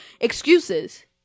excuses